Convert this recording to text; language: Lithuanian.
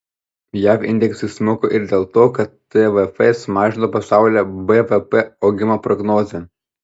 jav indeksai smuko ir dėl to kad tvf sumažino pasaulio bvp augimo prognozę